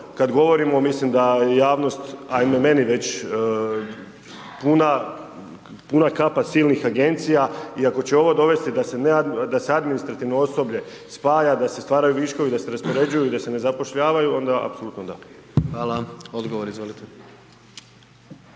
kad govorimo mislim da javnost, ajme meni već puna kapa silnih agencija i ako će ovo dovesti da se administrativno osoblje spaja da se stvaraju viškovi, da se raspoređuju, da se ne zapošljavaju onda apsolutno da. **Jandroković,